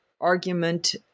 argument